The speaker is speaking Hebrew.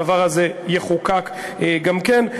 הדבר הזה יחוקק גם כן.